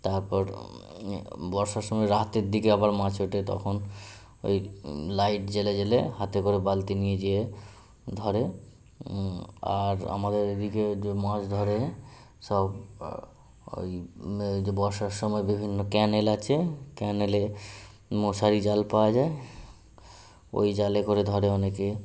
তারপর বর্ষার সময় রাতের দিকে আবার মাছ ওঠে তখন ওই লাইট জ্বেলে জ্বেলে হাতে করে বালতি নিয়ে যেয়ে ধরে আর আমাদের এদিকে যে মাছ ধরে সব ওই যে বর্ষার সময় বিভিন্ন ক্যানাল আছে ক্যানালে মশারি জাল পাওয়া যায় ওই জালে করে ধরে অনেকে